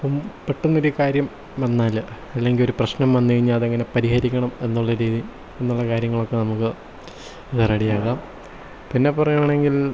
ഇപ്പം പെട്ടെന്നൊരു കാര്യം വന്നാൽ അല്ലെങ്കിൽ ഒരു പ്രശ്നം വന്നു കഴിഞ്ഞാൽ അത് എങ്ങനെ പരിഹരിക്കണം എന്നുള്ള രീതി എന്നുള്ള കാര്യങ്ങളൊക്കെ നമുക്ക് റെഡി ആക്കാം പിന്നെ പറയുകയാണെങ്കിൽ